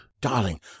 Darling